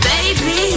Baby